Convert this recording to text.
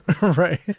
Right